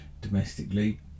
domestically